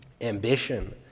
ambition